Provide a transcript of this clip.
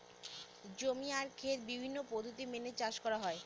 জমি আর খেত বিভিন্ন পদ্ধতি মেনে চাষ করা হয়